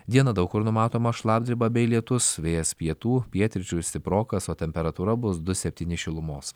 dieną daug kur numatoma šlapdriba bei lietus vėjas pietų pietryčių stiprokas o temperatūra bus du septyni šilumos